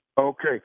Okay